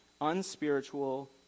unspiritual